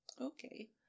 Okay